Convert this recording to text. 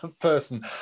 person